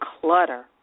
clutter